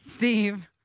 Steve